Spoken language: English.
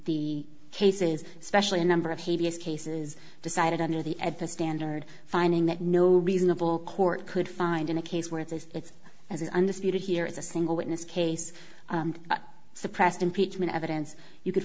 the cases especially a number of habeas cases decided under the at the standard finding that no reasonable court could find in a case where it says it's as an undisputed here is a single witness case suppressed impeachment evidence you could